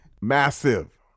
Massive